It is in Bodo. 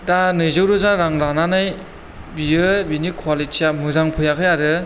दा नैजौरोजा रां लानानै बियो बिनि क्वालिटिया मोजां फैयाखै आरो